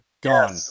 Gone